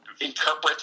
interpret